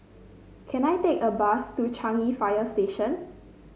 can I take a bus to Changi Fire Station